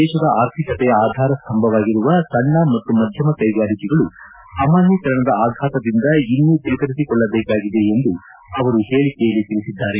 ದೇಶದ ಆರ್ಥಿಕತೆಯ ಆಧಾರ ಸ್ತಂಭವಾಗಿರುವ ಸಣ್ಣ ಮತ್ತು ಮಧ್ಯಮ ಕೈಗಾರಿಕೆಗಳು ಅಮಾನ್ಯೀಕರಣದ ಆಘಾತದಿಂದ ಇನ್ನು ಚೇತರಿಸಿಕೊಳ್ಳಬೇಕಾಗಿದೆ ಎಂದು ಅವರು ಹೇಳಿಕೆಯಲ್ಲಿ ತಿಳಿಸಿದ್ದಾರೆ